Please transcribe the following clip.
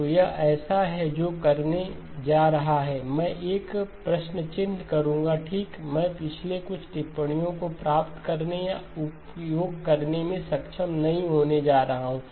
तो यह ऐसा है जो करने जा रहा है मैं एक प्रश्न चिह्न करूंगा ठीक मैं पिछले कुछ टिप्पणियों को प्राप्त करने या उपयोग करने में सक्षम नहीं होने जा रहा हूं